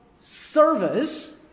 service